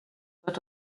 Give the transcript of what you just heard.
wird